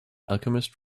alchemist